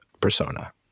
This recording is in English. persona